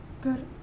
good